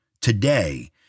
Today